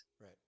Right